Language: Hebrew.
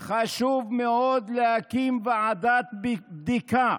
חשוב מאוד להקים ועדת בדיקה,